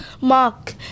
Mark